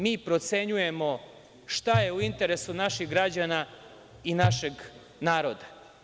Mi procenjujemo šta je u interesu naših građana i našeg naroda.